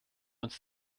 uns